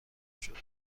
شده